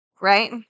Right